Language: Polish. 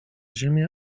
ziemię